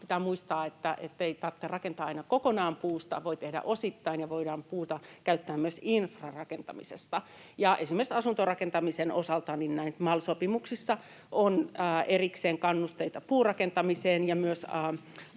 Pitää muistaa, ettei tarvitse rakentaa aina kokonaan puusta vaan voi tehdä osittain, ja voidaan puuta käyttää myös infrarakentamisessa. Esimerkiksi asuntorakentamisen osalta MAL-sopimuksissa on erikseen kannusteita puurakentamiseen, ja myös ARAn